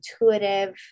intuitive